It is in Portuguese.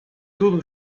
tudo